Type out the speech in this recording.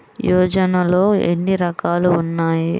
యోజనలో ఏన్ని రకాలు ఉన్నాయి?